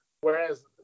Whereas